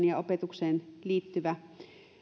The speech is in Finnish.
ja opetukseen liittyvä